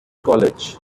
college